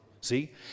see